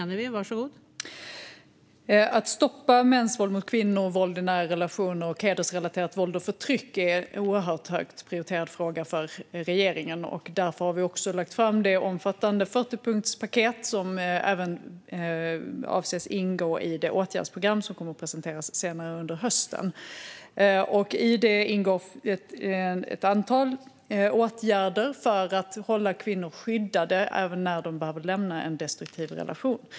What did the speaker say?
Fru talman! Att stoppa mäns våld mot kvinnor, våld i nära relationer och hedersrelaterat våld och förtryck är en oerhört högt prioriterad fråga för regeringen. Därför har vi också lagt fram det omfattande 40-punktspaket som även avses ingå i det åtgärdsprogram som kommer att presenteras senare under hösten. I det ingår ett antal åtgärder för att hålla kvinnor skyddade även när de behöver lämna en destruktiv relation.